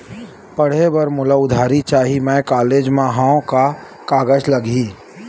पढ़े बर मोला उधारी चाही मैं कॉलेज मा हव, का कागज लगही?